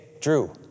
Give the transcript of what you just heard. Drew